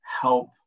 help